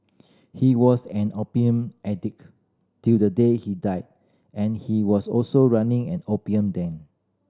he was an opium addict till the day he died and he was also running an opium den